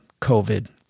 COVID